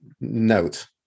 note